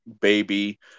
Baby